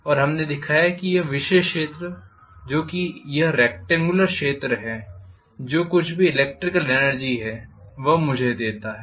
और हमने दिखाया कि यह विशेष क्षेत्र जो कि यह रेक्टॅंग्युलर क्षेत्र है जो कुछ भी इलेक्ट्रिकल एनर्जी है वह मुझे देता है